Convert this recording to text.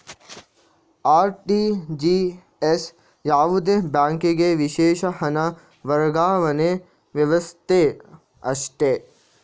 RTGS ಯಾವುದೇ ಬ್ಯಾಂಕಿಗೆ ವಿಶೇಷ ಹಣ ವರ್ಗಾವಣೆ ವ್ಯವಸ್ಥೆ ಅಷ್ಟೇ